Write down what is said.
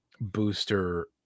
booster